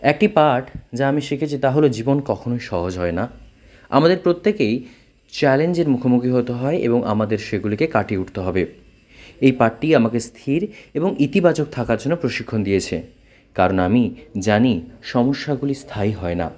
একটি পাঠ যা আমি শিখেছি তা হলো জীবন কখনোই সহজ হয় না আমাদের প্রত্যেককেই চ্যালেঞ্জের মুখোমুখি হতে হয় এবং আমাদের সেগুলিকে কাটিয়ে উঠতে হবে এই পাঠটিই আমাকে স্থির এবং ইতিবাচক থাকার জন্য প্রশিক্ষণ দিয়েছে কারণ আমি জানি সমস্যাগুলি স্থায়ী হয় না